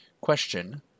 Question